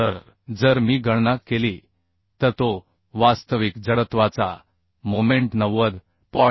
तर जर मी गणना केली तर तो वास्तविक जडत्वाचा मोमेंट 90